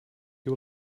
you